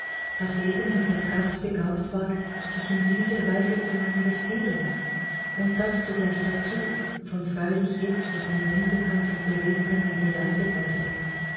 das eben mit der kraft begabt war sich in dieser weise zu manifestieren und daß zugleich dazu von freilich jetzt noch mir unbekannten beweggründen geleitet werde